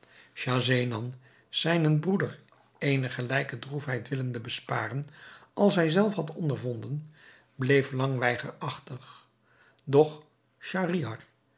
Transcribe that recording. schahzenan zijnen broeder eene gelijke droefheid willende besparen als hij zelf had ondervonden bleef lang weigerachtig doch schahriar